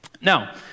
Now